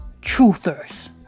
truthers